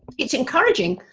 it's encouraging,